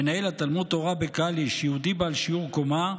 מנהל התלמוד תורה בקאליש, יהודי בעל שיעור קומה,